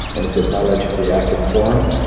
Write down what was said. and it's a biologically active form,